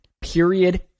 period